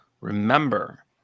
remember